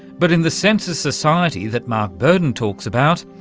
but in the sensor society that mark burdon talks about,